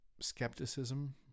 skepticism